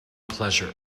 pleasure